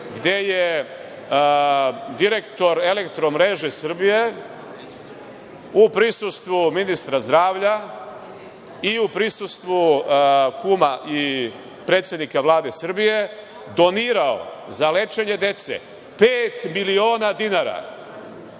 gde je direktor „Eletromreže Srbije“, u prisustvu ministra zdravlja, i u prisustvu kuma i predsednika Vlade Srbije, donirao za lečenje dece pet miliona dinara.